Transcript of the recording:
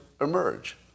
emerge